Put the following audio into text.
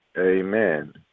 Amen